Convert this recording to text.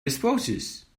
disposes